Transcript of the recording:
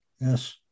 Yes